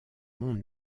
monts